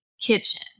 kitchen